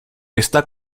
está